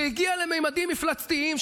זה הגיע לממדים מפלצתיים,